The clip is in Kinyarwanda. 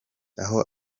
aho